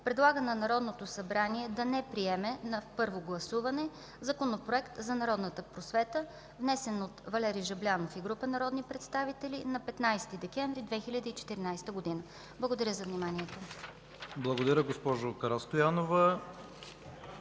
предлага на Народното събрание да не приеме на първо гласуване Законопроект за народната просвета, внесен от Валери Жаблянов и група народни представители на 15 декември 2014 г.” Благодаря. ПРЕДСЕДАТЕЛ ИВАН К. ИВАНОВ: Благодаря, госпожо Карастоянова.